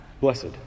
blessed